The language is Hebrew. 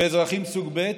ואזרחים סוג ב',